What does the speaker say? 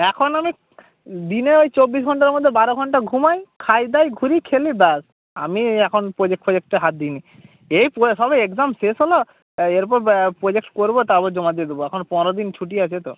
এখন আমি দিনে ওই চব্বিশ ঘন্টার মধ্যে বারো ঘন্টা ঘুমাই খাই দাই ঘুরি খেলি ব্যাস আমি এখন প্রজেক্ট ফোজেক্টে হাত দিই নি এই পোয়া সবে একদম শেষ হলো তাই এরপর ব্যা প্রজেক্ট করবো তারপর জমা দিয়ে দেবো এখন পনেরো দিন ছুটি আছে তো